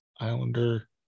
Islander